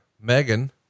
Megan